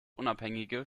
unabhängige